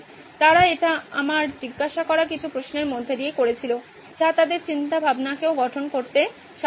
তারা এটি আমার জিজ্ঞাসা করা কিছু প্রশ্নের মধ্যে দিয়ে করেছিল যা তাদের চিন্তাভাবনাকেও গঠন করতে সাহায্য করে